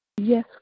Yes